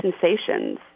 sensations